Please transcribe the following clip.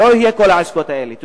לא יהיו כל העסקאות האלה.